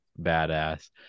badass